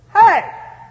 Hey